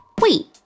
Wait